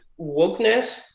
wokeness